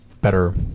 better